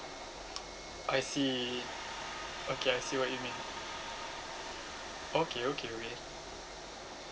I see okay I see what you mean okay okay